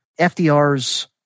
FDR's